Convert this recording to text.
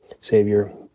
savior